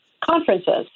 conferences